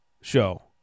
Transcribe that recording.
show